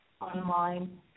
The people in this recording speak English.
online